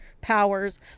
powers